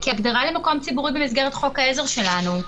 כהגדרה למקום ציבורי במסגרת חוק העזר שלנו.